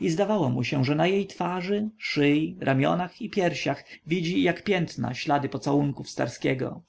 i zdawało mu się że na jej twarzy szyi ramionach i piersiach widzi jak piętna ślady pocałunków starskiego